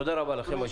תודה רבה לכם.